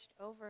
over